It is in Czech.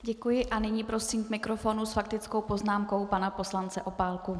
Děkuji a nyní prosím k mikrofonu s faktickou poznámkou pana poslance Opálku.